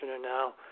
now